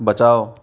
बचाओ